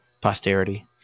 posterity